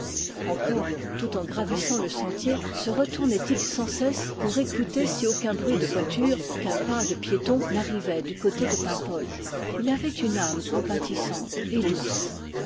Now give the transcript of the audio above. encore tout en gra vissant le sentier se retournait il sans cesse pour écouter si aucun bruit de voiture aucun pas de piéton n'arrivait du côté de paimpol il avait une âme compatissante et douce